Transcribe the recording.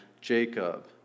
Jacob